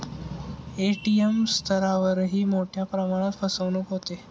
ATM स्तरावरही मोठ्या प्रमाणात फसवणूक होते